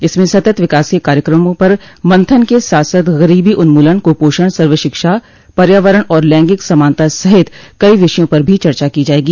इसमें सत्त विकास के कार्यक्रमों पर मंथन के साथ साथ गरीबी उन्मूलन क्पोषण सर्व शिक्षा पर्यावरण और लैगिंक समानता सहित कई विषयों पर भी चर्चा की जायेगी